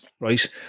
right